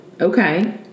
Okay